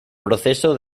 proceso